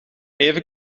even